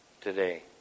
today